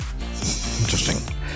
Interesting